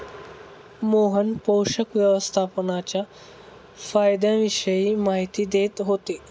मोहन पोषक व्यवस्थापनाच्या फायद्यांविषयी माहिती देत होते